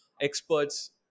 experts